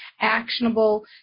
actionable